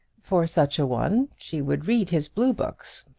for such a one she would read his blue books,